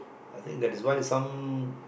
I think that is why some